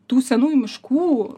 tų senųjų miškų